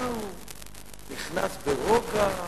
נתניהו נכנס ברוגע,